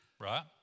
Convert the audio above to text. right